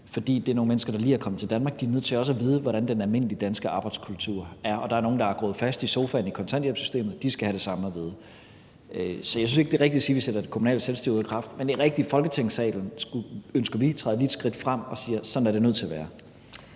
For det er nogle mennesker, der lige er kommet til Danmark, og de er nødt til også at vide, hvordan den almindelige danske arbejdskultur er. Der er også nogle, der er groet fast i sofaen i kontanthjælpssystemet. De skal have det samme at vide. Så jeg synes ikke, det er rigtigt at sige, at vi sætter det kommunale selvstyre ud af kraft. Men det er rigtigt, at vi ønsker, at Folketingssalen lige træder et skridt frem og siger: Sådan er det nødt til at være.